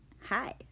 Hi